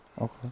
Okay